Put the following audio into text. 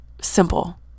simple